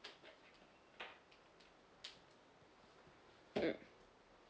mm